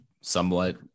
somewhat